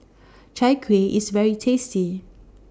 Chai Kueh IS very tasty